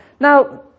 Now